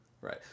Right